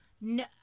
no